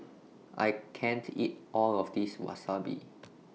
I can't eat All of This Wasabi